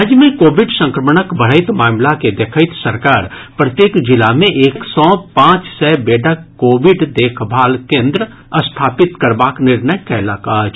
राज्य मे कोविड संक्रमणक बढैत मामिला के देखैत सरकार प्रत्येक जिला मे एक सय सँ पांच सय बेडक कोविड देखभाल केन्द्र स्थापित करबाक निर्णय कयलक अछि